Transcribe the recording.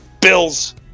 Bills